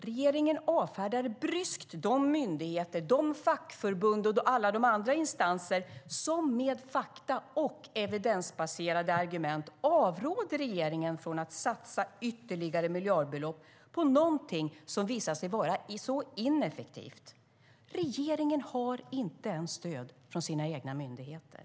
Regeringen avfärdar bryskt de myndigheter, de fackförbund och alla de andra instanser som med fakta och evidensbaserade argument avråder regeringen från att satsa ytterligare miljardbelopp på någonting som visat sig vara så ineffektivt. Regeringen har inte stöd ens från sina egna myndigheter.